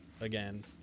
again